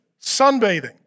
sunbathing